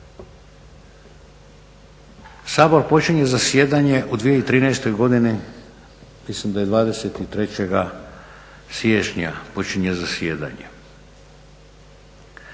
Sabor počinje zasjedanje u 2013. godini, mislim da je 23. siječnja počinje zasjedanje.